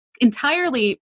entirely